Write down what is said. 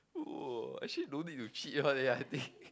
!wah! actually don't need to cheat one leh I think